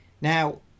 Now